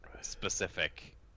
specific